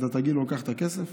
אתה תגיד לו: קח את הכסף